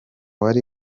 wari